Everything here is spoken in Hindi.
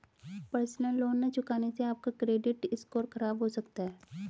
पर्सनल लोन न चुकाने से आप का क्रेडिट स्कोर खराब हो सकता है